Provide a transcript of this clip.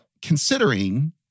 considering